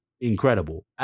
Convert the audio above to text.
incredible